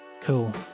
cool